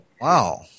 wow